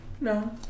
No